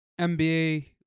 NBA